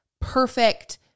perfect